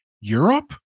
Europe